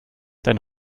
dein